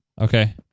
Okay